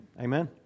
Amen